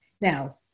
Now